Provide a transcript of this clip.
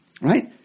Right